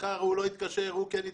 מחר הוא לא יתקשר, הוא כן יתקשר,